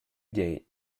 date